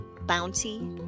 bounty